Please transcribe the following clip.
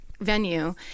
venue